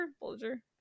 Bulger